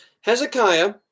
Hezekiah